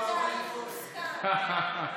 אחמד, יש, חכה,